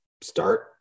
start